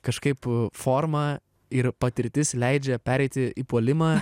kažkaip forma ir patirtis leidžia pereiti į puolimą